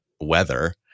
weather